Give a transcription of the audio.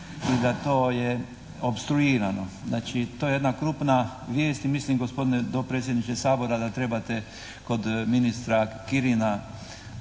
i da to je opstruirano. Znači to je jedna krupna vijest i mislim gospodine dopredsjedniče Sabora da trebate kod ministra Kirina